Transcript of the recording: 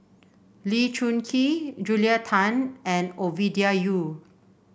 Lee Choon Kee Julia Tan and Ovidia Yu